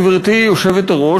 גברתי היושבת-ראש,